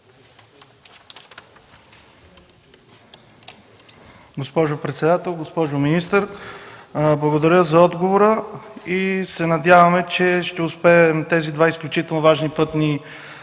госпожо председател. Госпожо министър, благодаря за отговора. Надяваме се, че ще успеем тези два изключително важни пътни